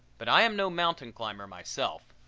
but i am no mountain climber myself.